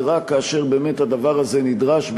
ורק כאשר באמת הדבר הזה נדרש,